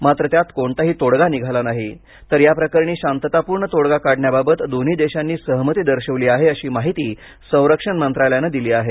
मात्र त्यात कोणताही तोडगा निघाला नाही तर याप्रकरणी शांततापूर्ण तोडगा काढण्याबाबत दोन्ही देशांनी सहमती दर्शवली आहे अशी माहिती संरक्षण मत्रालयाने दिली आहे